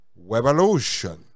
Revolution